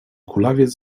kulawiec